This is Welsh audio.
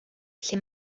lle